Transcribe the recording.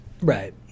right